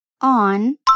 on